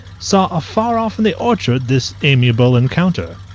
saw afar off in the orchard this amiable encounter.